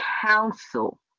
council